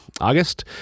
August